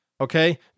okay